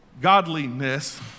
godliness